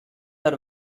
are